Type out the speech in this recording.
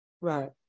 Right